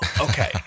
okay